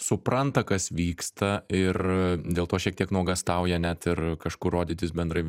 supranta kas vyksta ir dėl to šiek tiek nuogąstauja net ir kažkur rodytis bendrai